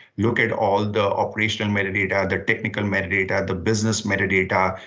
locate all the operation metadata, the technical metadata, the business metadata,